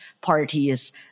parties